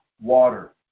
water